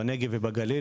בנגב ובגליל,